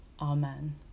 amen